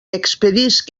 expedisc